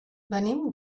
venim